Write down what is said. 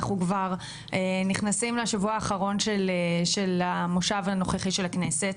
אנחנו כבר נכנסים לשבוע האחרון של המושב הנוכחי של הכנסת.